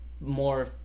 more